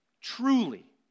truly